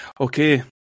Okay